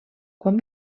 quan